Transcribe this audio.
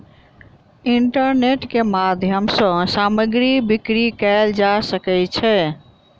internet के माध्यम सॅ सामग्री बिक्री कयल जा सकै छै